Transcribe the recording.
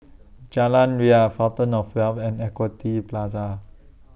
Jalan Ria Fountain of Wealth and Equity Plaza